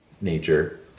nature